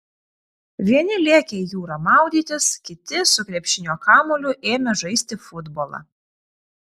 vieni lėkė į jūrą maudytis kiti su krepšinio kamuoliu ėmė žaisti futbolą